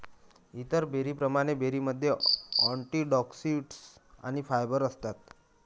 इतर बेरींप्रमाणे, बेरीमध्ये अँटिऑक्सिडंट्स आणि फायबर असतात